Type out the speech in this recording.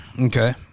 Okay